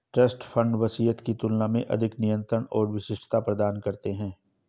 trust fund वसीयत की तुलना में अधिक नियंत्रण और विशिष्टता प्रदान करते हैं